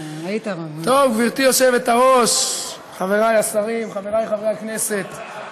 גברתי היושבת-ראש, חבריי השרים, חבריי חברי הכנסת,